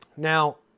now,